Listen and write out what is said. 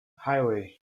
highway